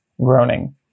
groaning